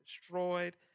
destroyed